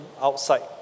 outside